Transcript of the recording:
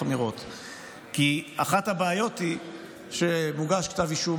אני בתוך התחום הזה כבר למעלה מ-20 שנה.